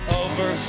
over